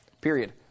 period